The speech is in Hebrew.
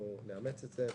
אנחנו נאמץ את זה.